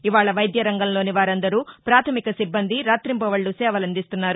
ఇవాళ వైద్య రంగంలోని వారందరూ ప్రాథమిక సిబ్బంది రాతింబవక్భూ సేవలందిస్తున్నారు